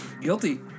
Guilty